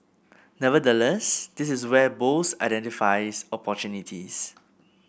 nevertheless this is where Bose identifies opportunity